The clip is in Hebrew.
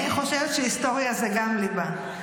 אני חושבת שהיסטוריה זה גם ליבה,